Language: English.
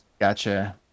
Gotcha